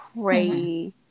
crazy